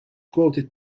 quoted